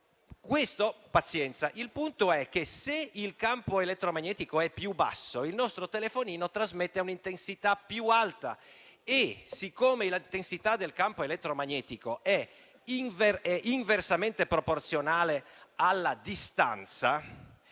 Pazienza. Il punto è che, se il campo elettromagnetico è più basso, il nostro telefonino trasmette un'intensità più alta e, siccome l'intensità del campo elettromagnetico è inversamente proporzionale alla distanza,